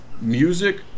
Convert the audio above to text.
Music